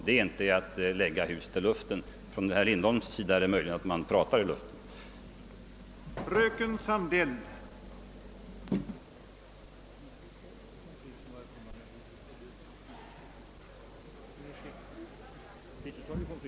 Det är inte detsamma som att lägga ett riksdagshus i luften; om det är någon som pratar i luften är det herr Lindholm.